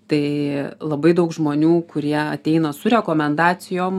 tai labai daug žmonių kurie ateina su rekomendacijom